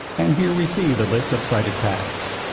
and here we see the list of cited patents.